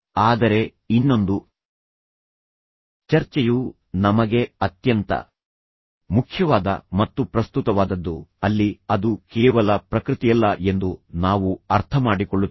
ಆದರೆ ಇನ್ನೊಂದು ಚರ್ಚೆಯು ನಮಗೆ ಅತ್ಯಂತ ಮುಖ್ಯವಾದ ಮತ್ತು ಪ್ರಸ್ತುತವಾದದ್ದು ಅಲ್ಲಿ ಅದು ಕೇವಲ ಪ್ರಕೃತಿಯಲ್ಲ ಎಂದು ನಾವು ಅರ್ಥಮಾಡಿಕೊಳ್ಳುತ್ತೇವೆ